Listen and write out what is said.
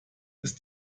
ist